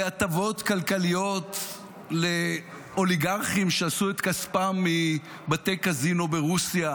בהטבות כלכליות לאוליגרכים שעשו את כספם מבתי קזינו ברוסיה,